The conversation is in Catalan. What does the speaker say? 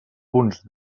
punts